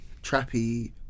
trappy